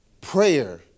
Prayer